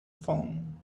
phone